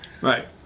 Right